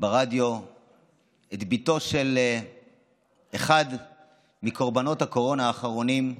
ברדיו את בתו של אחד מקורבנות הקורונה האחרונים,